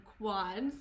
quads